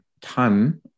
ton